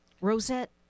Rosette